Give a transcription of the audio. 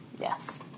Yes